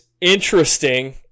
interesting